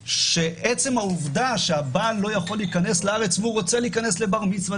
שעצם העובדה שהבעל לא יכול להיכנס לארץ והוא רוצה להיכנס לבר מצווה,